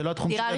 זה לא התחום שלי.